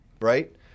right